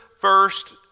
first